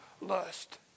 lust